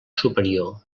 superior